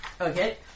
Okay